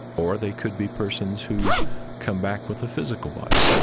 or they could be persons who come back with a physical body,